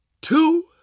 two